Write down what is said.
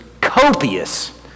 copious